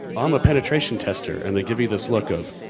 i'm a penetration tester. and they give you this look of.